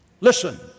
Listen